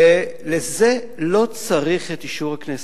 לזה לא צריך את אישור הכנסת,